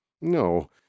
No